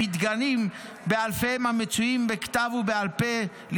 פתגמים באלפיהם המצויים בכתב ובעל פה.